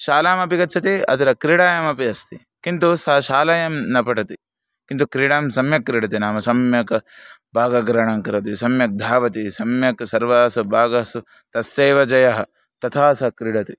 शालामपि गच्छति अत्र क्रीडायामपि अस्ति किन्तु सः शालायां न पठति किन्तु क्रीडां सम्यक् क्रीडति नाम सम्यक् भागग्रहणं करोति सम्यक् धावति सम्यक् सर्वासु भागसु तस्यैव जयः तथा स क्रीडति